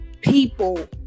people